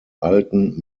alten